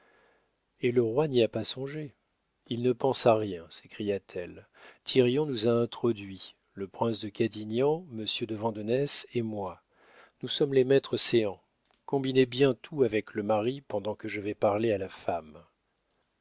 et le roi n'y a pas songé il ne pense à rien s'écria-t-elle thirion nous a introduits le prince de cadignan monsieur de vandenesse et moi nous sommes les maîtres céans combinez bien tout avec le mari pendant que je vais parler à la femme